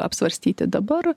apsvarstyti dabar